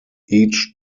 each